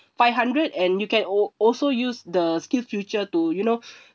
five hundred and you can al~ also use the skill future to you know